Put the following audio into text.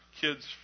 kids